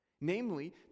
Namely